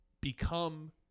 become